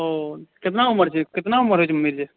ओ केतना उमर केतना उमर होइ छै मम्मी के